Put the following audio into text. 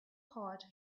hot